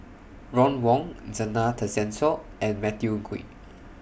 Ron Wong Zena Tessensohn and Matthew Ngui